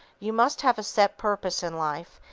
you must have a set purpose in life,